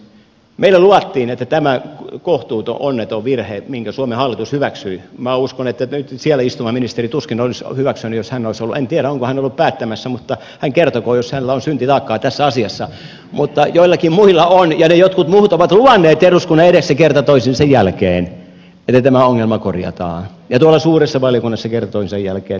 meille luvattiin että tämä kohtuuton onneton virhe minkä suomen hallitus hyväksyi minä uskon että nyt siellä istuva ministeri tuskin olisi hyväksynyt jos hän olisi ollut en tiedä onko hän ollut päättämässä hän kertokoon jos hänellä on syntitaakkaa tässä asiassa mutta joillakin muilla on ja ne jotkut muut ovat luvanneet eduskunnan edessä kerta toisensa jälkeen tämä ongelma korjataan ja tuolla suuressa valiokunnassa kerta toisensa jälkeen luvattiin että tämä korjataan